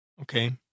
Okay